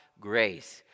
grace